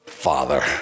Father